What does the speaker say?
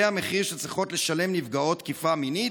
זה המחיר שצריכות לשלם נפגעות תקיפה מינית?